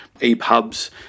EPUBs